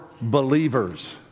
believers